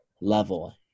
level